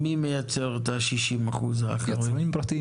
מי מייצר את ה-60% האחרים?